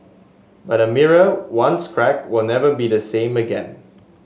but a mirror once cracked will never be the same again